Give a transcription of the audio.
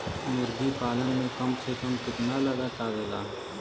मुर्गी पालन में कम से कम कितना लागत आवेला?